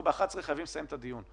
ב-11:00 אנחנו חייבים לסיים את הדיון.